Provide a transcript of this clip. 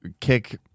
kick